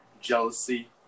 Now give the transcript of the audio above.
jealousy